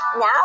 Now